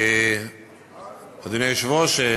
אדוני היושב-ראש,